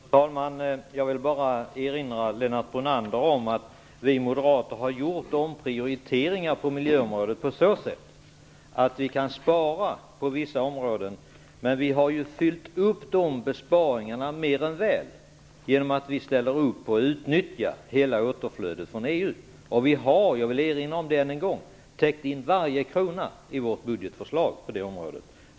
Fru talman! Jag vill bara erinra Lennart Brunander om att vi moderater har gjort omprioriteringar på miljöområdet på så sätt att vi kan spara på vissa områden. Men vi har fyllt upp de besparingarna mer än väl genom att vi ställer upp på utnyttjandet av hela återflödet från EU. Vi har täckt in varje krona i vårt budgetförslag på det området.